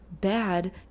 bad